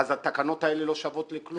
התקנות האלה לא שוות כלום.